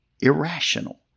irrational